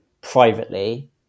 privately